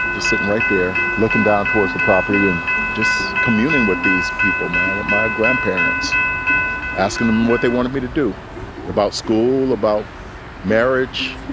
just sitting right there, looking down towards the property and just communing with these people, man at my grandparents asking them what they wanted me to do about school, about marriage,